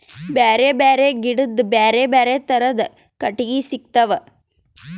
ಬ್ಯಾರೆ ಬ್ಯಾರೆ ಗಿಡದ್ ಬ್ಯಾರೆ ಬ್ಯಾರೆ ಥರದ್ ಕಟ್ಟಗಿ ಸಿಗ್ತವ್